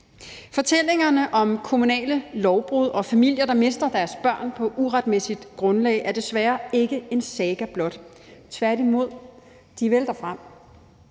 Fortællingerne om kommunale lovbrud og familier, der mister deres børn på uretmæssigt grundlag, er desværre ikke en saga blot; tværtimod vælter de frem.